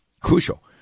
crucial